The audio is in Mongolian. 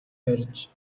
барьж